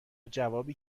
جوابی